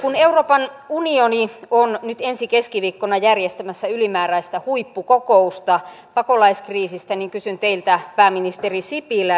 kun euroopan unioni on nyt ensi keskiviikkona järjestämässä ylimääräistä huippukokousta pakolaiskriisistä kysyn teiltä pääministeri sipilä